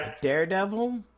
Daredevil